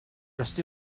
dressed